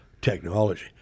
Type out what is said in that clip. Technology